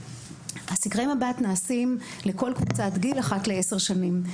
שסקרי מב"ת נעשים לכל קבוצת גיל אחת לעשר שנים.